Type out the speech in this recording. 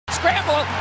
scramble